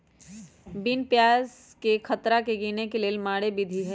बिनु ब्याजकें खतरा के गिने के लेल मारे विधी हइ